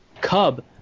cub